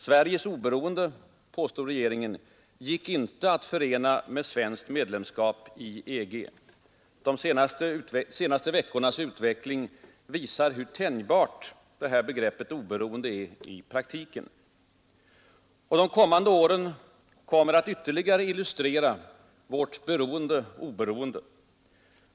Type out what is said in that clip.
Sveriges oberoende — påstod regeringen — gick inte att förena med svenskt medlemskap i EG. De senaste veckornas utveckling visar hur tänjbart begreppet ”oberoende” är i praktiken. De kommande åren kommer att ytterligare illustrera vårt oberoende.